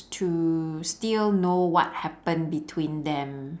to still know what happen between them